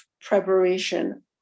preparation